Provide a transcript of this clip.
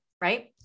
right